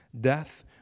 death